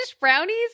brownies